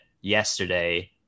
yesterday